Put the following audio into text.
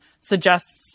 suggests